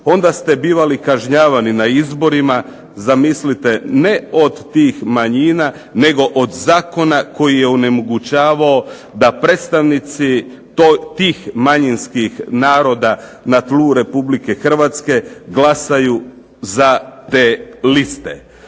onda ste bili kažnjavani na izborima zamislite ne od tih manjina, nego od zakona koji je onemogućavao da predstavnici tih manjinskih naroda Republike Hrvatske glasaju za te liste.